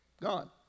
Gone